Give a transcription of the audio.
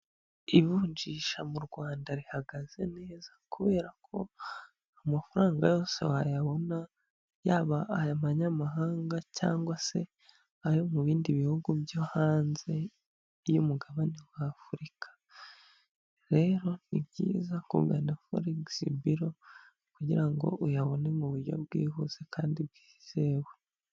Ivunjisha mu Rwanda rihagaze neza kubera ko amafaranga yose wayabona yaba aya manyamahanga cyangwa se ayo mu bindi bihugu byo hanze y'umugabane wa Afurika, rero ni byiza kugana forex biro kugira ngo uyabone mu buryo bwihuse kandi bwizewe.